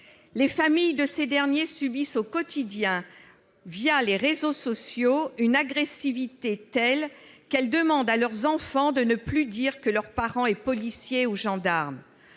Les familles de ses agents subissent au quotidien, les réseaux sociaux, une agressivité telle qu'elles demandent à leurs enfants de ne plus dire que leur parent est policier ou gendarme.